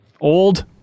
old